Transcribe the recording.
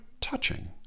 touching